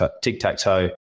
tic-tac-toe